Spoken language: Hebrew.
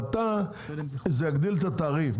וזה יגדיל את התעריף.